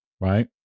right